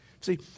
See